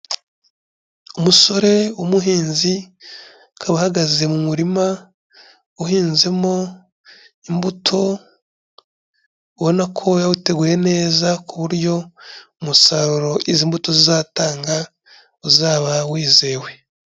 Umusore w'umuhinzi akaba ahagaze mu murima uhinzemo imbuto, ubona ko yawuteguye neza ku buryo umusaruro izi mbuto zizatanga uzaba wizewe.